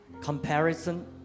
comparison